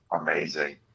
amazing